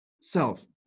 self